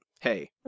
Hey